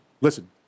Listen